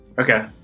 Okay